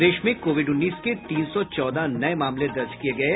प्रदेश में कोविड उन्नीस के तीन सौ चौदह नये मामले दर्ज किये गये